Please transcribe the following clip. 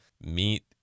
meet